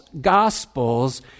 gospels